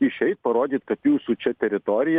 išeit parodyt kad jūsų čia teritorija